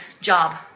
job